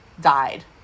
died